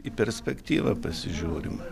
į perspektyvą pasižiūrima